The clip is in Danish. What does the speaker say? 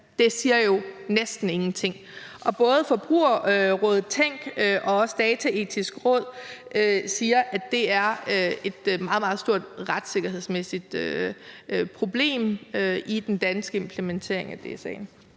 Det siger jo næsten ingenting, og både Forbrugerrådet Tænk og Dataetisk Råd siger, at det er et meget, meget stort retssikkerhedsmæssigt problem i forhold til den danske implementering af DSA'en.